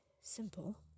simple